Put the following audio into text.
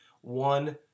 One